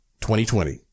2020